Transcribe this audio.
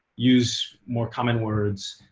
use more common words.